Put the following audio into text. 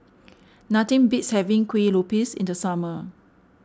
nothing beats having Kuih Lopes in the summer